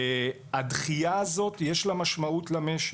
הדחיה הזאת, יש לה משמעות למשק.